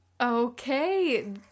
Okay